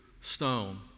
stone